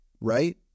right